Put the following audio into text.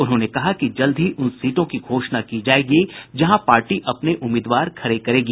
उन्होंने कहा कि जल्द ही उन सीटों की घोषणा की जायेगी जहां पार्टी अपने उम्मीदवार खड़े करेगी